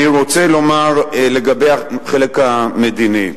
אני רוצה לומר לגבי החלק המדיני: